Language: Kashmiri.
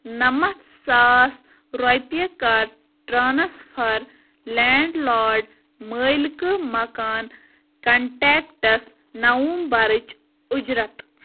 نَمَتھ ساس رۄپیہِ کَر ٹرٛانسفَر لینٛڈ لاڈ مٲلکہٕ مَکان کنٹیکٹَس نَومبرٕچ اُجرت